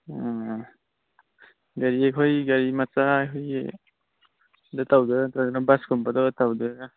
ꯑꯥ ꯒꯥꯔꯤ ꯑꯩꯈꯣꯏ ꯒꯥꯔꯤ ꯃꯆꯥ ꯑꯩꯈꯣꯏꯒꯤꯗ ꯇꯧꯗꯣꯏꯔꯥ ꯅꯠꯇ꯭ꯔꯒꯅ ꯕꯁ ꯀꯨꯝꯕꯗ ꯇꯧꯗꯣꯏꯔꯥ